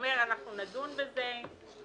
אומר שאנחנו נדון בזה,